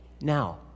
Now